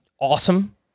awesome